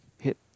hit